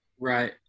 right